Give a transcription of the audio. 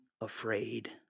afraid